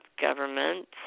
Government